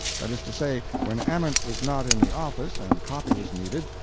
that is to say, when ament was not in the office and copy was needed,